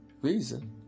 reason